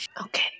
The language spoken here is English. Okay